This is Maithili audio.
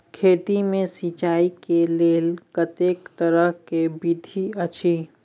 खेत मे सिंचाई के लेल कतेक तरह के विधी अछि?